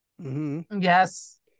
Yes